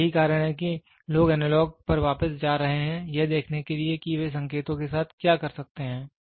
तो यही कारण है कि लोग एनालॉग पर वापस जा रहे हैं यह देखने के लिए कि वे संकेतों के साथ क्या कर सकते हैं